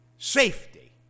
safety